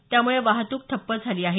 त्यामुळे वाहतूक ठप्प झाली आहे